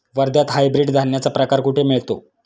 वर्ध्यात हायब्रिड धान्याचा प्रकार कुठे मिळतो?